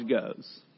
goes